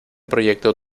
proyecto